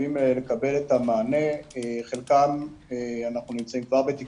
אנחנו צריכים בעצם ללמוד את הכול מהתחלה ולקבל את המידע פנימה מהתושבים